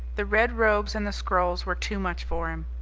the red robes and the scrolls were too much for him.